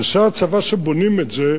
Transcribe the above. אנשי הצבא שבונים את זה,